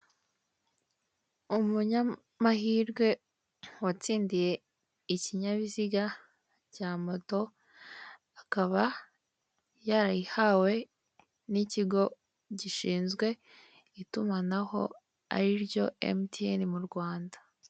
Umunyamahirwe watsindiye ikinyabiziga cya moto. akaba yarayihawe n'ikigo gishinzwe itumanaho, ariryo MTN mu Rwanda.